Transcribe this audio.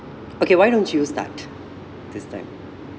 okay why don't you start this time